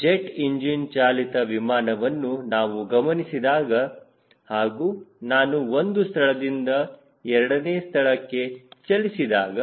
jet engine ಚಾಲಿತ ವಿಮಾನವನ್ನು ನಾವು ಗಮನಿಸಿದಾಗ ಹಾಗೂ ನಾನು 1 ಸ್ಥಳದಿಂದ 2 ಸ್ಥಳಕ್ಕೆ ಚಲಿಸಿದಾಗ